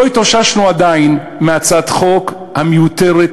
עדיין לא התאוששנו מהצעת החוק המיותרת,